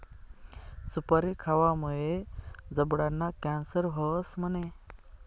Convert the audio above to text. सुपारी खावामुये जबडाना कॅन्सर व्हस म्हणे?